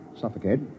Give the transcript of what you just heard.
suffocate